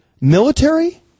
military